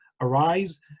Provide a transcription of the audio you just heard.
arise